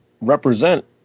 represent